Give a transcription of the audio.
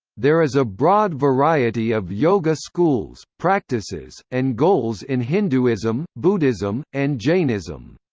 there is a broad variety of yoga schools, practices, and goals in hinduism, buddhism, and jainism.